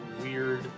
weird